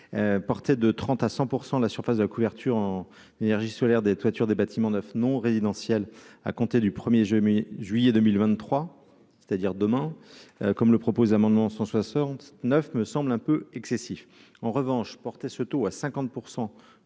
portée de 30 à 100 pour 100 de la surface de la couverture en énergie solaire des toitures des bâtiments neufs non résidentiels à compter du 1er juin mi-juillet 2023, c'est-à-dire demain, comme le propose l'amendement 169 me semble un peu excessif en revanche porter ce taux à 50